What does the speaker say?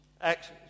Acts